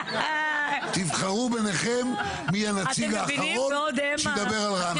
תבחרו ביניכם מי הנציג האחרון שידבר על רעננה.